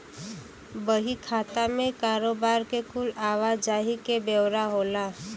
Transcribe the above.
बही खाता मे कारोबार के कुल आवा जाही के ब्योरा होला